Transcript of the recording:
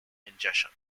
ingestion